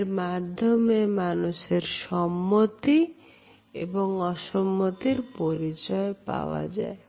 এর মাধ্যমে মানুষের সম্মতি এবং অসম্মতির পরিচয় পাওয়া যায়